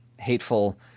Hateful